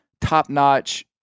top-notch